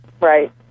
Right